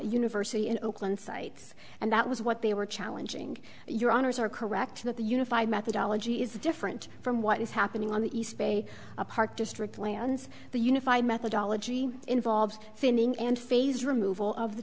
university and oakland sites and that was what they were challenging your honour's are correct that the unified methodology is different from what is happening on the east bay a park district lands the unified methodology involved thinning and phase removal of the